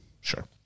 Sure